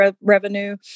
revenue